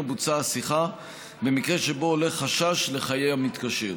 בוצעה השיחה במקרה שבו עלה חשש לחיי המתקשר.